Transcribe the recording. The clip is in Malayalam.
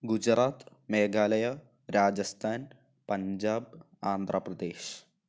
ഗുജറാത്ത് മേഘാലയ രാജസ്ഥാൻ പഞ്ചാബ് ആന്ധ്രപ്രദേശ്